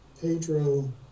pedro